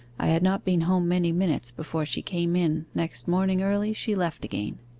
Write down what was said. i had not been home many minutes before she came in, next morning early she left again